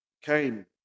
Came